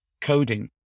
coding